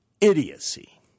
idiocy